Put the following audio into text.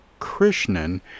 Krishnan